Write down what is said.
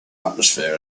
atmosphere